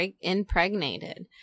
impregnated